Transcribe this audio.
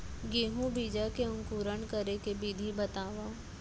गेहूँ बीजा के अंकुरण करे के विधि बतावव?